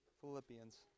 Philippians